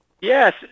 Yes